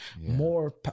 more